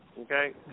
Okay